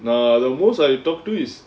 the most I talked to is